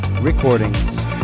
Recordings